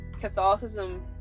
Catholicism